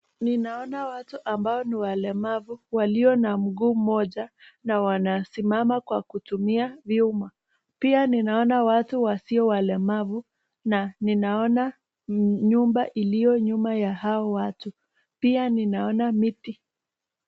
Ninaona watu ambao ni walemavu walio na mguu mmoja na wanasimama kwa kutumia vyuma. Pia ninaona watu wasio walemavu na ninaona nyumba iliyo nyuma ya hao watu. Pia ninaona miti.